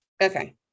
Okay